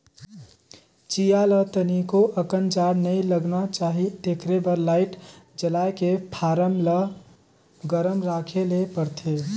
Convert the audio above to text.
चीया ल तनिको अकन जाड़ नइ लगना चाही तेखरे बर लाईट जलायके फारम ल गरम राखे ले परथे